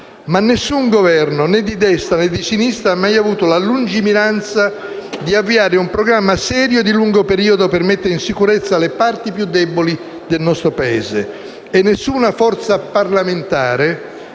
ma nessun Governo, né di destra né di sinistra, ha mai avuto la lungimiranza di avviare un programma serio e di lungo periodo per mettere in sicurezza le parti più deboli del nostro Paese. Nessuna forza parlamentare,